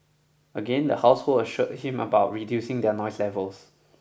again the household assured him about reducing their noise levels